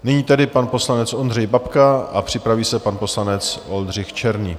Nyní tedy pan poslanec Ondřej Babka a připraví se pan poslanec Oldřich Černý.